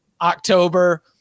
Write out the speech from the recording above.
October